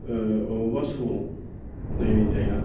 अबावबा समाव नायनाय जाया